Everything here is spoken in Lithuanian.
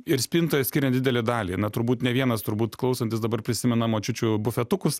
ir spintoje skiria didelę dalį na turbūt ne vienas turbūt klausantis dabar prisimena močiučių bufetukus